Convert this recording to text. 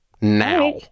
now